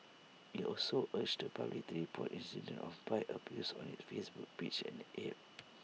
IT also urged the public to report incidents of bike abuse on its Facebook page and app